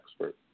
expert